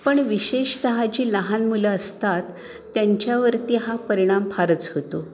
पण विशेषतः जी लहान मुलं असतात त्यांच्यावरती हा परिणाम फारच होतो